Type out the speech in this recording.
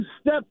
step